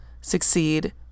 succeed